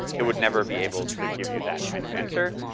it would never be able to give you that kind of answer.